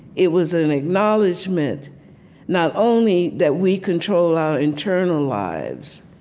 it was an acknowledgement not only that we control our internal lives,